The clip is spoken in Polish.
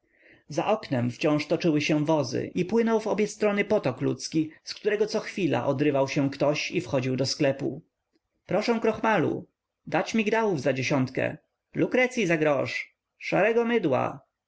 za oknem wciąż toczyły się wozy i płynął w obie strony potok ludzki z którego cochwila odrywał się ktoś i wchodził do sklepu proszę krochmalu dać migdałów za dziesiątkę lukrecyi za grosz szarego mydła